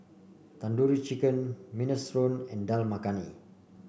Tandoori Chicken Minestrone and Dal Makhani